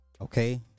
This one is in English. okay